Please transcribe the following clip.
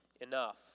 enough